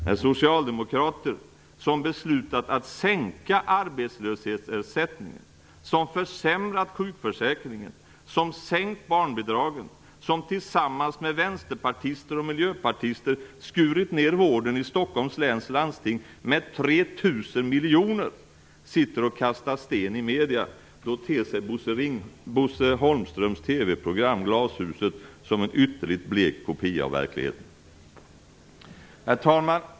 När socialdemokrater som beslutat att sänka arbetslöshetsersättningen, som försämrat sjukförsäkringen, som sänkt barnbidragen och som tillsammans med vänsterpartister och miljöpartister skurit ned vården i Stockholms läns landsting med 3 000 miljoner sitter och kastar sten i medierna, då ter sig Bosse Holmströms TV-program Glashuset som en ytterligt blek kopia av verkligheten. Herr talman!